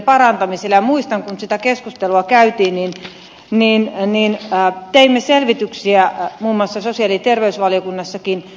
muistan kun sitä keskusteltua käytiin että teimme selvityksiä muun muassa sosiaali ja terveysvaliokunnassakin